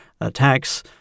attacks